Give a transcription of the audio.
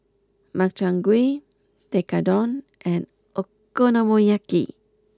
Makchang gui Tekkadon and Okonomiyaki